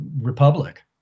republic